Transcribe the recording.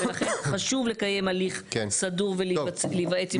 ולכן חשוב לקיים הליך סדור ולהיוועץ עם הגרומים הרלוונטיים.